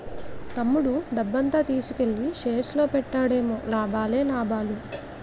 తమ్ముడు డబ్బంతా తీసుకెల్లి షేర్స్ లో పెట్టాడేమో లాభాలే లాభాలు